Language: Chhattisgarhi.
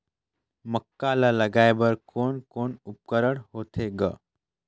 मक्का ला लगाय बर कोने कोने उपकरण होथे ग?